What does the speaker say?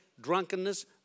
drunkenness